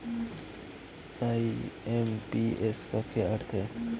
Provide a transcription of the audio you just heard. IMPS का क्या अर्थ है?